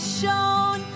shown